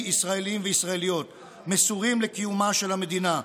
ישראלים וישראליות המסורים לקיומה של המדינה,